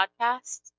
podcast